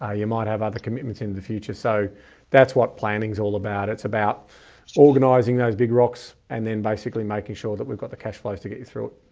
ah you might have other commitments in the future. so that's what planning is all about. it's about organizing those big rocks and then basically making sure that we've got the cash flows to get you through it.